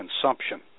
consumption